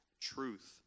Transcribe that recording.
truth